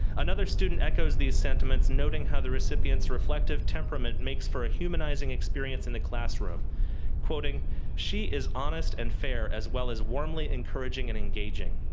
another student echoes these sentiments, noting how the recipient's reflective temperament makes for a humanizing experience in the classroom she is honest and fair as well as warmly encouraging and engaging.